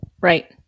right